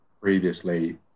previously